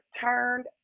turned